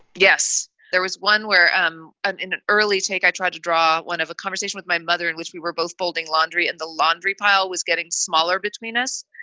yes, there was one where um in an early take i tried to draw one of a conversation with my mother in which we were both folding laundry in the laundry pile, was getting smaller between us.